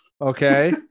Okay